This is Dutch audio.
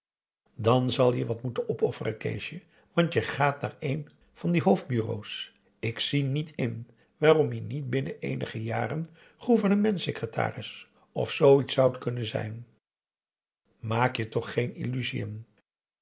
dan zal je wat moeten opofferen keesje want je gaat naar een van de hoofdbureaux ik zie niet in waarom je niet binnen eenige jaren gouvernements secretaris of zoo iets zoudt kunnen zijn maak je toch geen illusiën